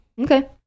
Okay